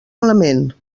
element